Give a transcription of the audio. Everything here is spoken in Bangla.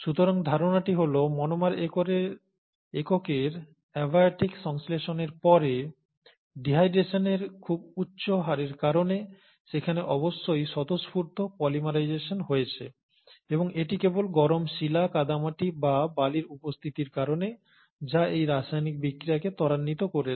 সুতরাং ধারণাটি হল মনোমার এককের অ্যাবায়োটিক সংশ্লেষণের পরে ডিহাইড্রেশনের খুব উচ্চ হারের কারণে সেখানে অবশ্যই স্বতঃস্ফূর্ত পলিমারাইজেশন হয়েছে এবং এটি কেবল গরম শিলা কাদামাটি বা বালির উপস্থিতির কারণে যা এই রাসায়নিক বিক্রিয়াকে ত্বরান্বিত করবে